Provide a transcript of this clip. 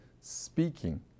speaking